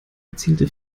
erzielte